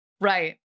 Right